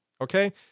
okay